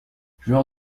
joueur